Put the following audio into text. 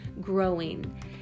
growing